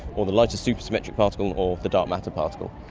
or the lighter super symmetric particle and or the dark matter particle.